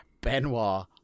Benoit